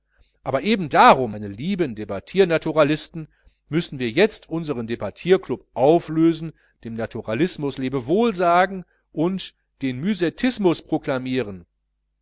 aber eben darum meine lieben debattiernaturalisten müssen wir jetzt unsern debattierklub auflösen dem naturalismus lebewohl sagen und den müsettismus proklamieren